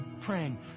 praying